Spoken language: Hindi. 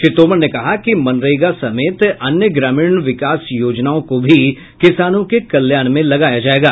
श्री तोमर ने कहा कि मनरेगा समेत अन्य ग्रामीण विकास योजनाओं को भी किसानों के कल्याण में लगाया जायेगा